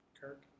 Kirk